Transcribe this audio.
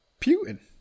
Putin